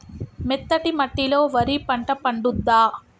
మెత్తటి మట్టిలో వరి పంట పండుద్దా?